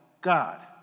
God